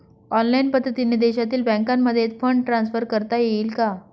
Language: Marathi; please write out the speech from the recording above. ऑनलाईन पद्धतीने देशातील बँकांमध्ये फंड ट्रान्सफर करता येईल का?